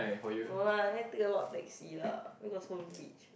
no lah didn't take a lot of taxi lah why got so rich